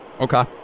Okay